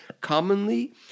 Commonly